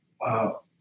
wow